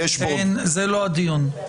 בדשבורד --- זה לא הדיון.